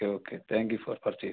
okay thank you for purchasing